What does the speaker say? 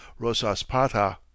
Rosaspata